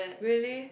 really